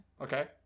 Okay